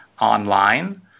online